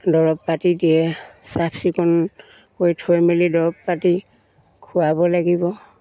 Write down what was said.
দৰৱ পাতি দিয়ে চাফ চিকুণ কৰি থৈ মেলি দৰৱ পাতি খোৱাব লাগিব